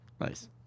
nice